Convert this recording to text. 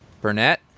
Burnett